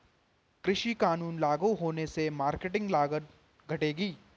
कृषि कानून लागू होने से मार्केटिंग लागत घटेगी